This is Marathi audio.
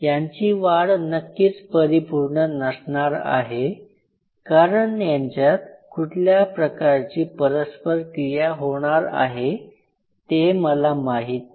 यांची वाढ नक्कीच परिपूर्ण नसणार आहे कारण यांच्यात कुठल्या प्रकारची परस्परक्रिया होणार आहे ते मला माहीत नाही